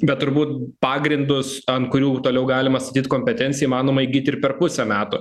bet turbūt pagrindus ant kurių toliau galima statyt kompetenciją įmanoma įgyti ir per pusę metų